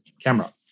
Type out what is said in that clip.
camera